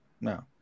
No